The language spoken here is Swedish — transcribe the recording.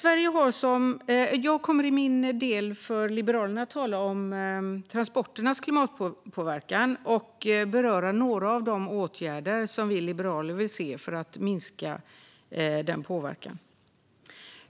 Jag kommer i min del för Liberalerna att tala om transporternas klimatpåverkan och beröra några av de åtgärder som vi liberaler vill se för att minska den påverkan.